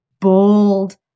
bold